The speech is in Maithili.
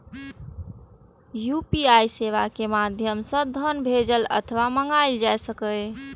यू.पी.आई सेवा के माध्यम सं धन भेजल अथवा मंगाएल जा सकैए